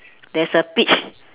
there's a peach